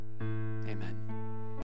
Amen